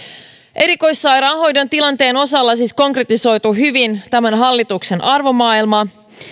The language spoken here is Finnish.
erikoissairaanhoidon tilanteen osalta siis konkretisoituu hyvin tämän hallituksen arvomaailma